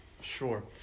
Sure